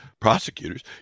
prosecutors